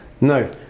No